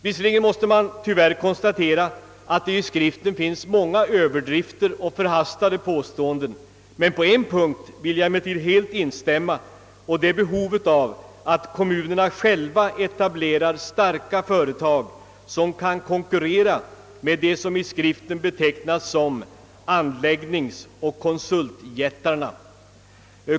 Visserligen måste man tyvärr konstatera att det i skriften finns många överdrifter och förhastade slutsatser, men på en punkt vill jag helt instämma, och det gäller vad som sagts om behovet av att kommunerna själva etablerar starka företag som kan konkurrera med det som i skriften betecknas som »anläggningsoch konsultjättarna».